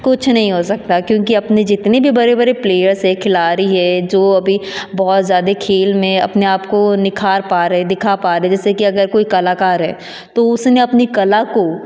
कुछ नहीं हो सकता क्योंकि अपनी जितनी भी बड़े बड़े प्लेयर्स हैं खिलाड़ी है जो अभी बहुत ज़्यादा खेल में अपने आपको निखार पा रहे दिखा पा रहे जैसे कि अगर कोई कलाकार है तो उसने अपनी कला को